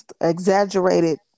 exaggerated